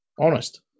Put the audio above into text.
Honest